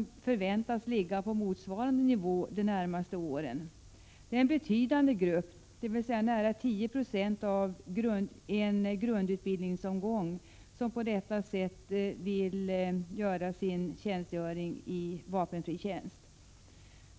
1986/87:57 ligga på motsvarande nivå även under de närmaste åren. En betydande 21 januari 1987 grupp, dvs. nära 10 96 av en grundutbildningsomgång, vill alltså fullgöra sin ES ct K RR Om lokalisering till värnplikt i vapenfri tjänst.